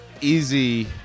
easy